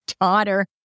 daughter